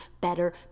better